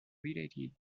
related